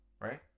Right